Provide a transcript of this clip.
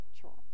Charles